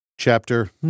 Chapter